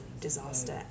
disaster